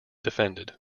defended